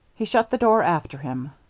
he shut the door after him.